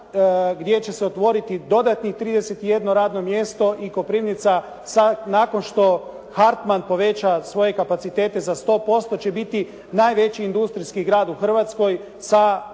gdje će se otvoriti dodatnih 31 radno mjesto i Koprivnica nakon što Hartman poveća svoje kapacitete za 100% će biti najveći industrijski grad u Hrvatskoj sa